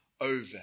over